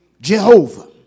Jehovah